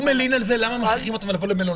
הוא מלין על זה שמכריחים אותם לבוא למלונית.